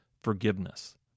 forgiveness